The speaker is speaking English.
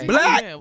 Black